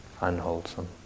unwholesome